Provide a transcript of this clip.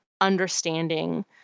understanding